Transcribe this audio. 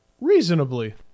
reasonably